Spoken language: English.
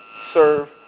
serve